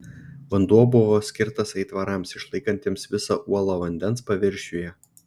vanduo buvo skirtas aitvarams išlaikantiems visą uolą vandens paviršiuje